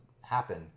happen